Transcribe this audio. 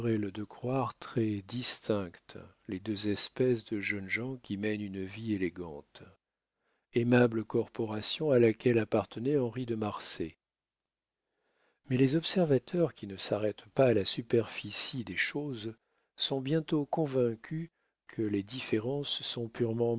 de croire très distinctes les deux espèces de jeunes gens qui mènent une vie élégante aimable corporation à laquelle appartenait henri de marsay mais les observateurs qui ne s'arrêtent pas à la superficie des choses sont bientôt convaincus que les différences sont purement